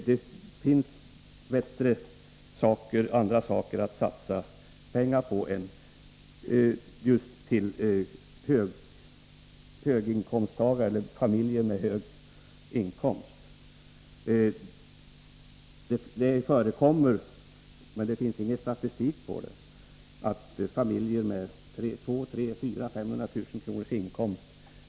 Det finns andra och bättre saker att satsa pengar på än att ge dem till just familjer med höga inkomster. Det förekommer, men det finns ingen statistik på det, att den ena parten i familjer med en inkomst på 200 000-500 000 kr.